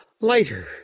lighter